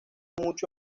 mucho